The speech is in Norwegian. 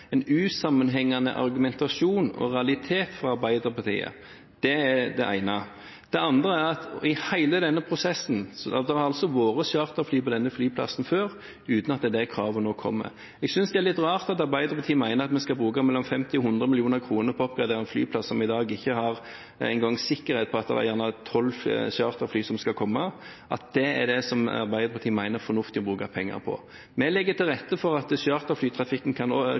en usammenhengende argumentasjon og realisme fra Arbeiderpartiet. Det er det ene. Det andre er at i hele denne prosessen har det altså vært charterfly på denne flyplassen, uten at disse kravene kom. Jeg synes det er litt rart at Arbeiderpartiet mener at vi skal bruke mellom 50 og 100 mill. kr på å oppgradere en flyplass som i dag ikke engang har sikkerhet for at 12 charterfly skal komme – at Arbeiderpartiet mener det er fornuftig å bruke penger på det. Vi legger til rette for at charterflytrafikken kan